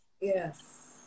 Yes